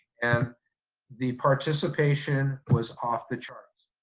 and the participation was off the charts.